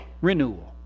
renewal